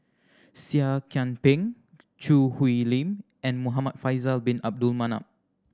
Seah Kian Peng Choo Hwee Lim and Muhamad Faisal Bin Abdul Manap